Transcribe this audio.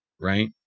right